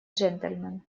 джентльмен